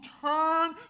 turn